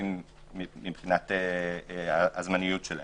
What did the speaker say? בנושאים מבחינת הזמניות שלהם.